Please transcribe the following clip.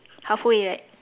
halfway right